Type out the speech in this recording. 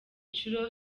nshuro